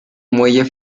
muelle